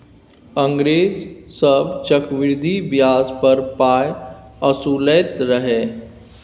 अंग्रेज सभ चक्रवृद्धि ब्याज पर पाय असुलैत रहय